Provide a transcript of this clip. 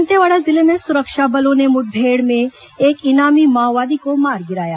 दंतेवाड़ा जिले में सुरक्षा बलों ने मुठभेड़ में एक इनामी माओवादी को मार गिराया